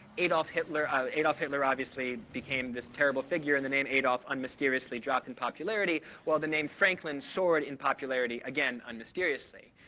adolf hitler ah adolf hitler obviously became this terrible figure. and the name adolf mysteriously dropped in popularity while the named franklin soared in popularity, again, unmysteriously.